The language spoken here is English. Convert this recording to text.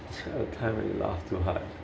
is there a time when you laugh too hard